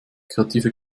kreative